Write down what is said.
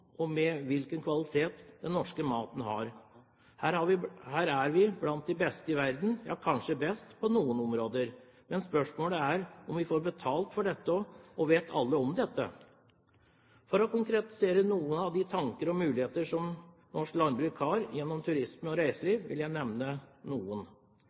hvilken kvalitet den har. Her er vi blant de beste i verden, ja kanskje best på noen områder. Men spørsmålet er om vi får betalt for dette, og om alle vet om dette. For å konkretisere noen av tankene jeg har om de mulighetene norsk landbruk har gjennom turisme og reiseliv, vil jeg nevne noen: